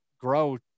grow